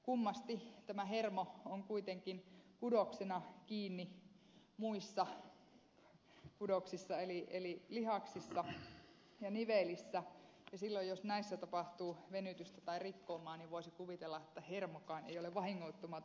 kummasti tämä hermo on kuitenkin kudoksena kiinni muissa kudoksissa eli lihaksissa ja nivelissä ja silloin jos näissä tapahtuu venytystä tai rikkoumaa voisi kuvitella että hermokaan ei ole vahingoittumaton